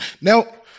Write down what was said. Now